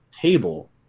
table